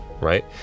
right